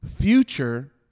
Future